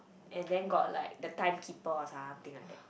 and then got like the timekeeper or something like that